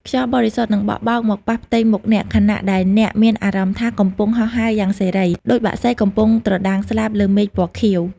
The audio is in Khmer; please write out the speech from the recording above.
ខ្យល់បរិសុទ្ធនឹងបក់បោកមកប៉ះផ្ទៃមុខអ្នក ខណៈដែលអ្នកមានអារម្មណ៍ថាកំពុងហោះហើរយ៉ាងសេរី ដូចបក្សីកំពុងត្រដាងស្លាបលើមេឃពណ៌ខៀវ។